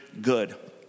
good